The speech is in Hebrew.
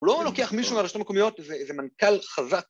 ‫הוא לא לוקח מישהו ‫על השתי המקומיות ואיזה מנכל חזק.